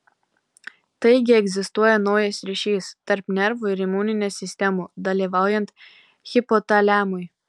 taigi egzistuoja naujas ryšys tarp nervų ir imuninės sistemų dalyvaujant hipotaliamui